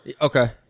Okay